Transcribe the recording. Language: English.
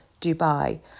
Dubai